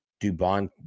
Dubon